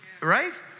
Right